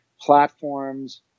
platforms